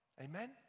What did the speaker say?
Amen